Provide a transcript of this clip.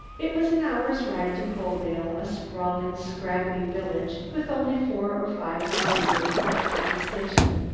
it was an hour's ride to coaldale, a sprawling, straggly village with only four or five houses in sight from the station.